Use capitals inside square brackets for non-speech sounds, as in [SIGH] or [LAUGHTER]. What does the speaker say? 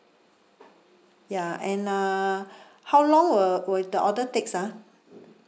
ya and uh [BREATH] how long will will the order takes ah